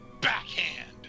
backhand